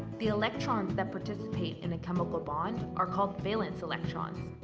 the electrons that participate in a chemical bond are called valence electrons.